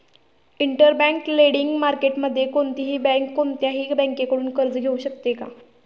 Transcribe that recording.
Interbank lending मार्केटमध्ये कोणतीही bank कोणत्याही बँकेकडून कर्ज घेऊ शकते का?